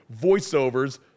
voiceovers